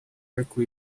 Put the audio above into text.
arco